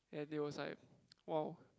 and they was like wow